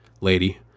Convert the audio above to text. lady